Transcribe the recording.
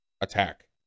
attack